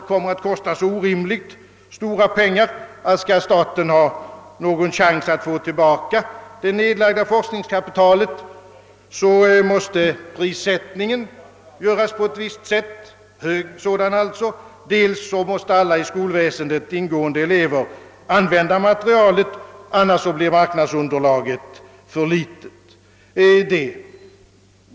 De kommer att kosta så orimligt mycket pengar att staten för att ha någon chans att få tillbaka det nedlagda forskningskapitalet dels måste sätta priserna högt, dels måste låta alla i skolväsendet ingående elever använda materialet för att undvika att marknadsunderlaget blir för litet.